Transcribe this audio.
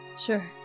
sure